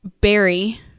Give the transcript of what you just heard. barry